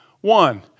one